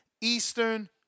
Eastern